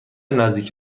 نزدیک